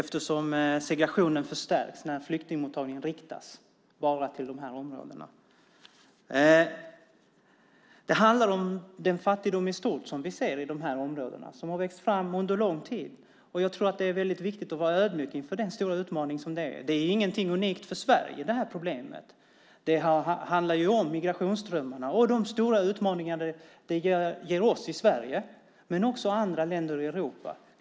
Segregationen förstärks när flyktingmottagningen bra riktas till de områdena. Det handlar om den fattigdom i stort vi ser i dessa områden som har vuxit fram under lång tid. Det är väldigt viktigt att vara ödmjuk inför den stora utmaning det är. Det problemet är ingenting unikt för Sverige. Det handlar om migrationsströmmarna och de stora utmaningar de ger oss i Sverige men också i andra länder i Europa.